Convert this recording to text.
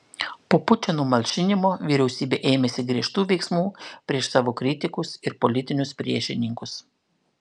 po pučo numalšinimo vyriausybė ėmėsi griežtų veiksmų prieš savo kritikus ir politinius priešininkus